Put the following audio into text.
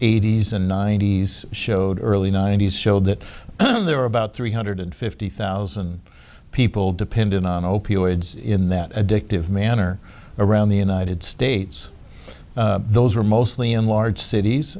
eighty's and ninety's showed early ninety's showed that there were about three hundred fifty thousand people dependent on opioids in that addictive manner around the united states those were mostly in large cities